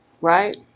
right